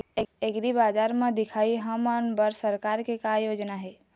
एग्रीबजार म दिखाही हमन बर सरकार के का योजना हे?